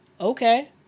Okay